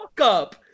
up